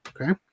okay